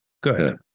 Good